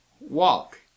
walk